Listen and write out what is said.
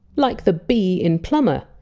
like the! b! in! plumber.